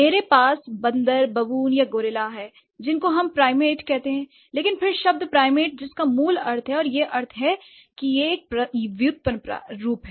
मेरे पास बंदर बबून या गोरिल्ला है जिनको हम प्राइमेट कहते हैं लेकिन फिर शब्द प्राइमेट जिसका मूल अर्थ है और यह अर्थ और यह एक व्युत्पन्न रूप है